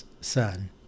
son